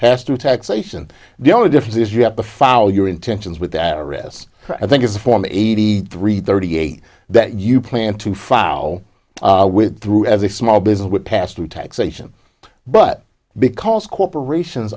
pass through taxation the only difference is you have to follow your intentions with that wrist i think it's a form eighty three thirty eight that you plan to file with through as a small business would pass through taxation but because corporations